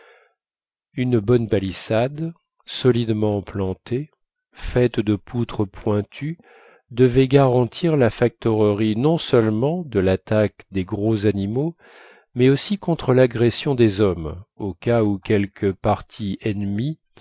une bonne palissade solidement plantée faite de poutres pointues devait garantir la factorerie non seulement de l'attaque des gros animaux mais aussi contre l'agression des hommes au cas où quelque parti ennemi